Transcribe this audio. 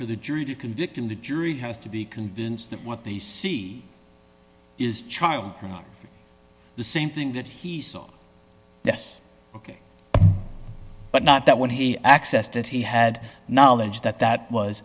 for the jury to convict him the jury has to be convinced that what they see is child from the same thing that he saw that's ok but not that when he accessed that he had knowledge that that was